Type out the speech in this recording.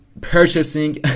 purchasing